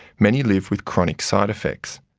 many live with chronic side effects.